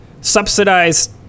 subsidized